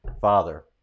father